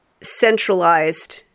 centralized